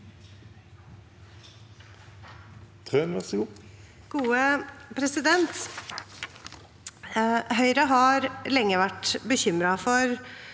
Høyre har lenge vært bekymret for